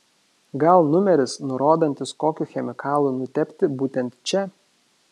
gal numeris nurodantis kokiu chemikalu nutepti būtent čia